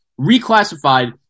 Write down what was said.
reclassified